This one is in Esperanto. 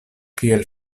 kiel